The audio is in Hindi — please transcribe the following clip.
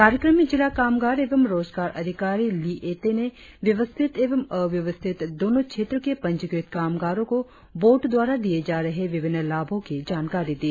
कार्यक्रम में जिला कामगार एवं रोजगार अधिकारी ली एटे ने व्यवस्थित एवं अव्यवस्थित दोनों क्षेत्रों के पंजीकृत कामगारों को बोर्ड द्वारा दिए जा रहे विभिन्न लाभों की जानकारी दी